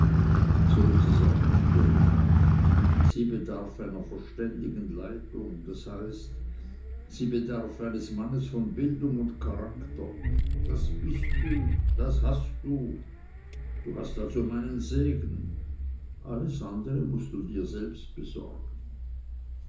und so ist es auch mit corinna sie bedarf einer verständigen leitung das heißt sie bedarf eines mannes von bildung und charakter das bist du das hast du du hast also meinen segen alles andere mußt du dir selber besorgen